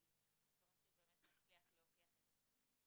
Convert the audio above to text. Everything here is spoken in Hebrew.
כי אני מקווה שבאמת נצליח להוכיח את עצמנו.